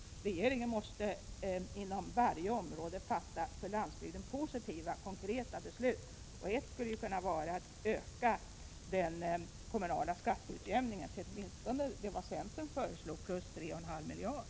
Regeringen måste inom varje område fatta för landsbygden positiva, konkreta beslut. Ett sådant skulle ju kunna vara att öka den kommunala skatteutjämningen till åtminstone det som centern föreslår, plus 3,5 miljarder.